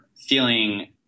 feeling